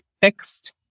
fixed